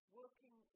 working